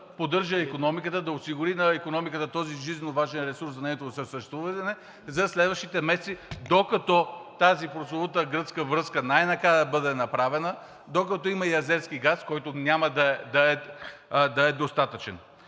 поддържа икономиката, да осигури на икономиката този жизненоважен ресурс за нейното съществуване за следващите месеци, докато тази прословута гръцка връзка най-накрая бъде направена, докато има и азерски газ, който няма да е достатъчен.